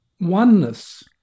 oneness